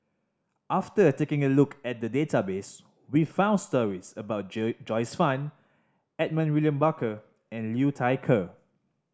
after taking a look at the database we found stories about Joyce Fan Edmund William Barker and Liu Thai Ker